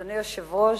אדוני היושב-ראש,